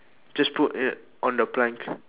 just put it on the plank